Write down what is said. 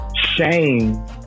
shame